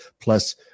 Plus